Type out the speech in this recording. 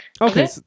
okay